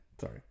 Sorry